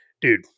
dude